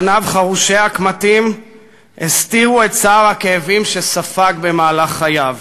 פניו חרושי הקמטים הסתירו את צער הכאבים שספג במהלך חייו.